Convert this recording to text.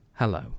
Hello